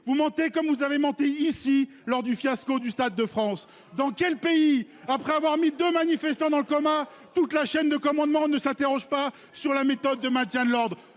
vous mentez comme vous avez monté ici lors du fiasco du Stade de France. Dans quel pays. Après avoir mis de manifestants dans le coma. Toute la chaîne de commandement ne s'interroge pas sur la méthode de maintien de l'ordre